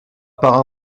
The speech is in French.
part